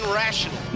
rational